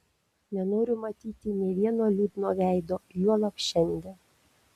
nenoriu matyti nė vieno liūdno veido juolab šiandien